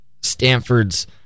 Stanford's